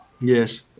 Yes